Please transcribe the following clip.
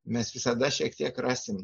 mes visada šiek tiek rasim